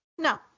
No